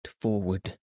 forward